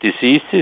diseases